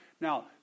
Now